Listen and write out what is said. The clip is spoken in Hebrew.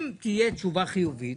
אם תהיה תשובה חיובית,